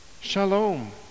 Shalom